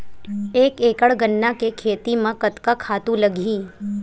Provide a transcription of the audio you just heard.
एक एकड़ गन्ना के खेती म कतका खातु लगही?